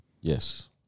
Yes